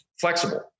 flexible